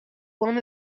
one